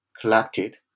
collected